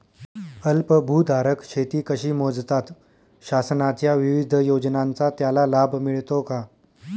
अल्पभूधारक शेती कशी मोजतात? शासनाच्या विविध योजनांचा त्याला लाभ मिळतो का?